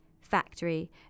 factory